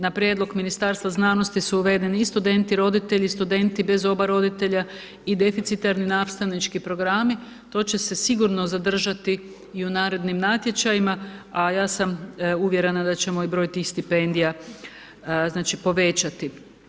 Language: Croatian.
Na prijedlog Ministarstva znanosti su uvedeni i studenti roditelji, studenti bez oba roditelja i deficitarni nastavnički programi, to će se sigurno zadržati i u narednim natječajima, a ja sam uvjerena da ćemo i broj tih stipendija povećati.